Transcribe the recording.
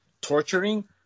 torturing